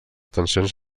tensions